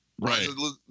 right